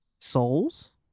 souls